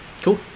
Cool